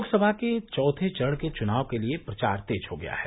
लोकसभा के चौथे चरण के चुनाव के लिये प्रचार तेज हो गया है